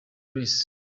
grace